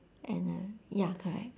and uh ya correct